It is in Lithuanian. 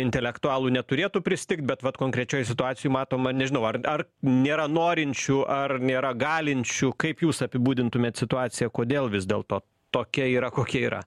intelektualų neturėtų pristigt bet vat konkrečioj situacijoj matoma nežinau ar ar nėra norinčių ar nėra galinčių kaip jūs apibūdintumėt situaciją kodėl vis dėlto tokia yra kokia yra